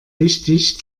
wichtig